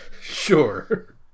Sure